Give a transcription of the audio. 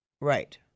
Right